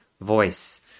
voice